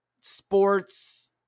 sports